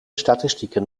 statistieken